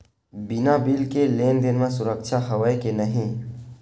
बिना बिल के लेन देन म सुरक्षा हवय के नहीं?